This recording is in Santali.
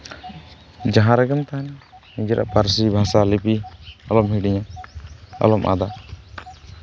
ᱡᱟᱦᱟᱸ ᱨᱮᱜᱮᱢ ᱛᱟᱦᱮᱱ ᱱᱤᱡᱮᱨᱟᱜ ᱵᱷᱟᱥᱟ ᱯᱟᱹᱨᱥᱤ ᱞᱤᱯᱤ ᱟᱞᱚᱢ ᱦᱤᱲᱤᱧᱟ ᱟᱞᱚᱢ ᱟᱫᱟ